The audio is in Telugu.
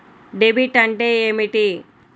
డెబిట్ అంటే ఏమిటి?